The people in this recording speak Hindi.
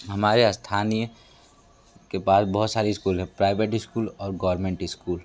हमारे अस्थानीय के पास बहुत सारी इस्कूल है प्राइवेट इस्कूल और गौरमेंट इस्कूल